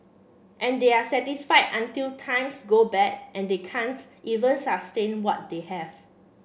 and they are satisfied until times go bad and they can't even sustain what they have